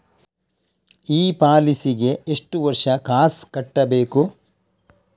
ಈ ಪಾಲಿಸಿಗೆ ಎಷ್ಟು ವರ್ಷ ಕಾಸ್ ಕಟ್ಟಬೇಕು?